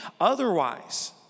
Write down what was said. Otherwise